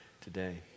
today